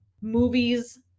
movies